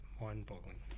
mind-boggling